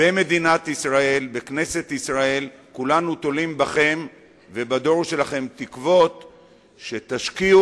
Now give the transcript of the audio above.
במדינת ישראל ובכנסת ישראל כולנו תולים בכם ובדור שלכם תקוות שתשקיעו,